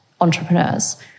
entrepreneurs